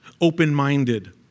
open-minded